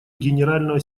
генерального